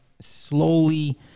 slowly